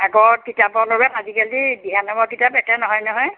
আগৰ কিতাপৰ লগত আজিকালি দিহানামৰ কিতাপ একে নহয় নহয়